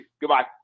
Goodbye